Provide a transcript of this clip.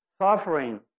Suffering